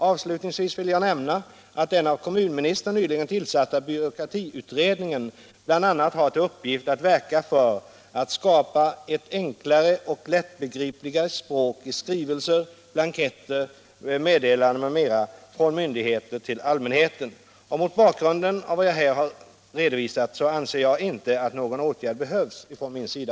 Avslutningsvis vill jag nämna att den av kommunministern nyligen tillsatta byråkratiutredningen bl.a. har till uppgift att verka för ett enklare och lättbegripligare språk i skrivelser, blanketter, meddelanden m.m. från myndigheter till allmänheten. Mot bakgrund av vad jag här har redovisat anser jag inte att någon åtgärd behövs från min sida.